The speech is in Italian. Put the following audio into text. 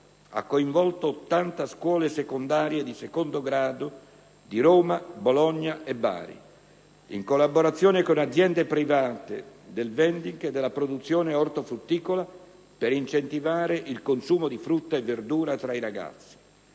ha coinvolto 80 scuole secondarie di secondo grado di Roma, Bologna e Bari, in collaborazione con aziende private del *vending* e della produzione ortofrutticola per incentivare il consumo di frutta e verdura tra i ragazzi.